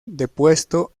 depuesto